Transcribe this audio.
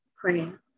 praying